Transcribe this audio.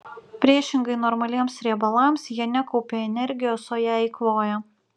priešingai normaliems riebalams jie nekaupia energijos o ją eikvoja